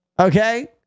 Okay